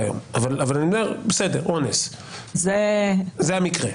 אלה המקרים.